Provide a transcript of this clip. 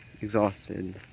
exhausted